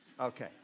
Okay